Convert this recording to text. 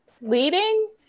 leading